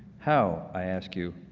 how, i ask you,